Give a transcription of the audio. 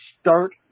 start